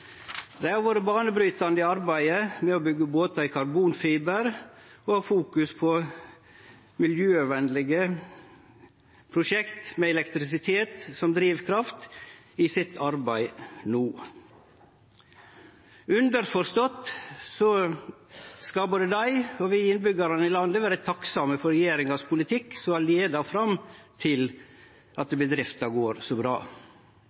har vore banebrytande i arbeidet med å byggje båtar i karbonfiber og fokuserer på miljøvenlege prosjekt med elektrisitet som drivkraft i arbeidet sitt no – underforstått skal både dei og vi innbyggjarar i landet vere takksame for regjeringas politikk som har leia fram til at bedrifta går så bra.